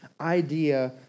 idea